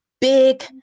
big